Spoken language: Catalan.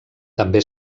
també